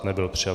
Nebyl přijat.